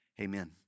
amen